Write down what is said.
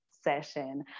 session